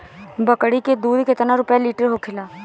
बकड़ी के दूध केतना रुपया लीटर होखेला?